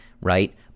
right